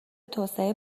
توسعه